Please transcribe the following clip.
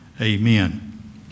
Amen